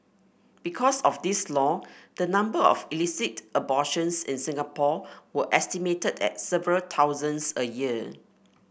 because of this law the number of illicit abortions in Singapore were estimated at several thousands a year